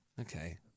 Okay